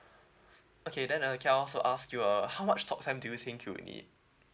okay then uh can I also ask you uh how much talk time do you think you'd need